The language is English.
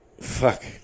Fuck